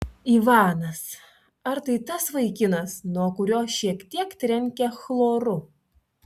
ivanas ar tai tas vaikinas nuo kurio šiek tiek trenkia chloru